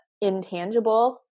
intangible